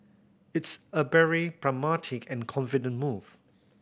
it's a very pragmatic and confident move